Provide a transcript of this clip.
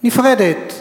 נפרדת.